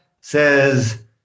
says